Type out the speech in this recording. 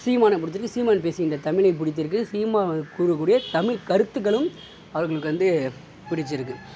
சீமான பிடிச்சிருக்கு சீமான் பேசுகின்ற தமிழை பிடித்திருக்கு சீமான் கூற கூடிய தமிழ் கருத்துக்களும் அவங்களுக்கு வந்து பிடிச்சிருக்கு